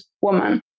woman